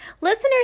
Listeners